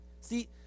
See